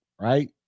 right